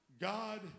God